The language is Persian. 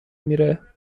میره